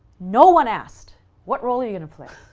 no one asked what role you're gonna play?